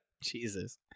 Jesus